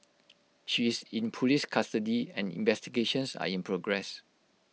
she is in Police custody and investigations are in progress